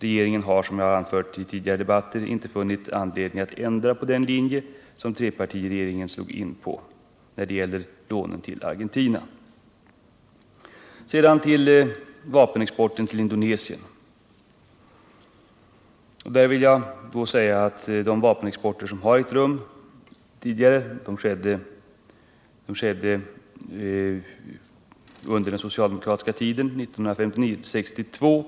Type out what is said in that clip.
Regeringen har, som jag har anfört i tidigare debatter, inte funnit anledning att ändra den linje som trepartiregeringen slog in på i fråga om lån till Argentina. När det gäller vapenexporten till Indonesien vill jag säga att den vapenexport som har ägt rum tidigare skedde under socialdemokratisk tid 1959-1962.